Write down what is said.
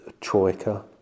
Troika